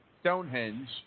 Stonehenge